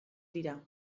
dira